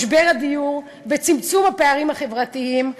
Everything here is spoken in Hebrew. משבר הדיור והפערים החברתיים,